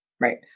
Right